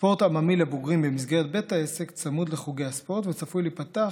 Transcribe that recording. ספורט עממי לבוגרים במסגרת בית העסק צמוד לחוגי הספורט וצפוי להיפתח